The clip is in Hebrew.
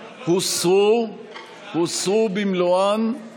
נגד, 67. ההסתייגות לא התקבלה.